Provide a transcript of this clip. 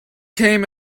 came